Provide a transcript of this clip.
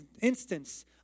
instance